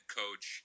coach